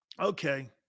Okay